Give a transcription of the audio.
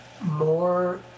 more